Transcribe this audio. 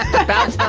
about time